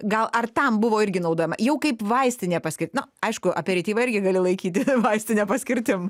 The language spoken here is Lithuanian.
gal ar tam buvo irgi naudojama jau kaip vaistinė paskirt nu aišku aperityvą irgi gali laikyti vaistine paskirtim